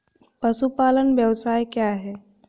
पशुपालन व्यवसाय क्या है?